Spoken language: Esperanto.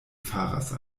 faras